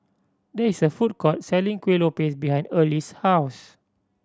there is a food court selling Kueh Lopes behind Early's house